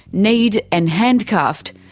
kneed and handcuffed.